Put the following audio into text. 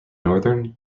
northern